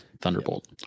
Thunderbolt